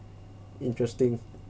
interesting